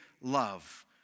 love